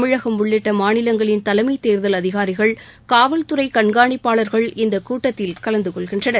தமிழகம் உள்ளிட்ட மாநிலங்களின் தலைமைத் தேர்தல் அதிகாரிகள் காவல்துறை கண்காணிப்பாளர்கள் இந்தக் கூட்டத்தில் கலந்து கொள்கின்றனர்